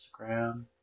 Instagram